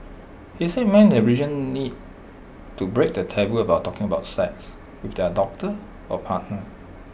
he said men in the region need to break the taboo about talking about sex with their doctor or partner